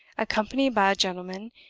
accompanied by a gentleman,